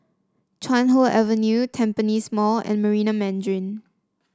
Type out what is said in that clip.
Chuan Hoe Avenue Tampines Mall and Marina Mandarin